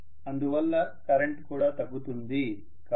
అందువల్ల కరెంట్ కూడా తగ్గుతోంది కాదా